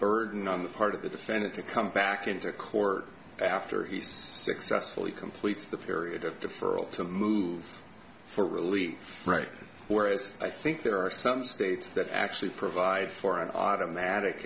burden on the part of the defendant to come back into court after he successfully completes the period of deferral to move for relief right whereas i think there are some states that actually provide for an automatic